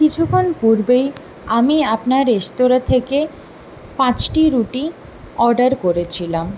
কিছুকাল পূর্বেই আমি আপনার রেস্তোরা থেকে পাঁচটি রুটি অর্ডার করেছিলাম